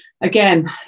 again